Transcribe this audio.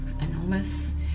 enormous